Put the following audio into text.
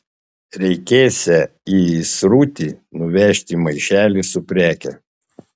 reikėsią į įsrutį nuvežti maišelį su preke